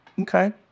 Okay